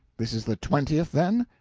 this is the twentieth, then?